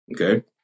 okay